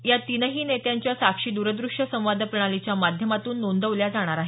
या तीनही नेत्यांच्या साक्षी दूरदृष्य संवाद प्रणालीच्या माध्यमातून नोदवल्या जाणार आहेत